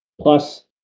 Plus